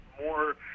more